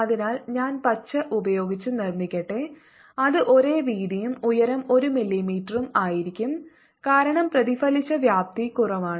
അതിനാൽ ഞാൻ പച്ച ഉപയോഗിച്ച് നിർമ്മിക്കട്ടെ അത് ഒരേ വീതിയും ഉയരം 1 മില്ലിമീറ്ററും ആയിരിക്കും കാരണം പ്രതിഫലിച്ച വ്യാപ്തി കുറവാണ്